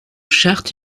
charts